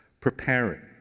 preparing